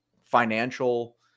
financial